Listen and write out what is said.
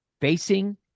facing